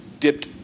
dipped